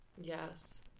Yes